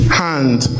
hand